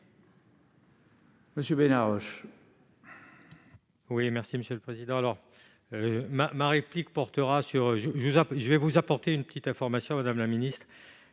monsieur Benarroche,